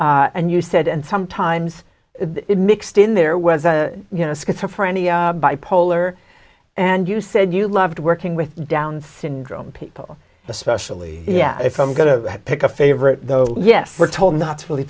syndrome and you said and sometimes it mixed in there was a you know schizophrenia bipolar and you said you loved working with down syndrome people especially yeah if i'm going to pick a favorite yes we're told not to really